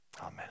Amen